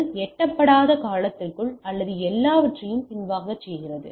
அது எட்டப்படாத காலத்திற்குள் அது எல்லாவற்றையும் பின்வாங்கச் செய்கிறது